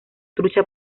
trucha